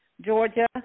Georgia